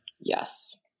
Yes